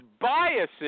biases